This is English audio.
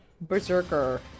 Berserker